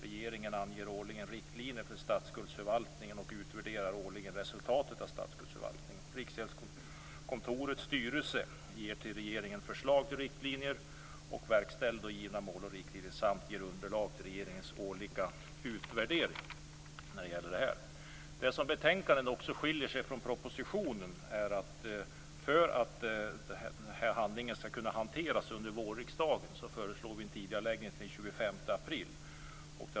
Regeringen anger årligen riktlinjer för statsskuldsförvaltningen och utvärderar årligen resultatet av statsskuldsförvaltningen. Riksgäldskontorets styrelse ger till regeringen förslag om riktlinjer och verkställer givna mål och riktlinjer samt ger underlag till regeringens årliga utvärdering när det gäller det här. Betänkandet skiljer sig från propositionen på en punkt. För att den här handlingen skall kunna hanteras under vårriksdagen föreslår vi en tidigareläggning till den 25 april.